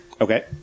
Okay